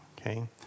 okay